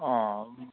অঁ